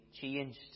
changed